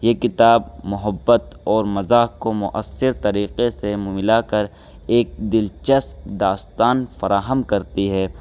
یہ کتاب محبت اور مزاح کو مؤثر طریقے سے ملا کر ایک دلچسپ داستان فراہم کرتی ہے